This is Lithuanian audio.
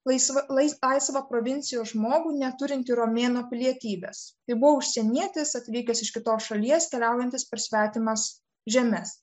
laisvą laisvą provincijos žmogų neturintį romėnų pilietybės tai buvo užsienietis atvykęs iš kitos šalies keliaujantis per svetimas žemes